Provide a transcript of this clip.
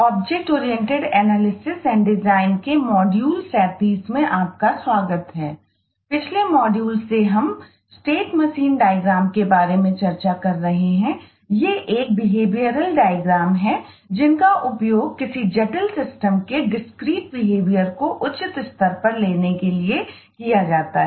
object oriented analysis and design को उचित स्तर पर लेने के लिए किया जाता है